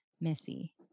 Missy